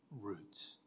roots